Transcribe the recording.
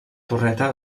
torreta